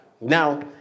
Now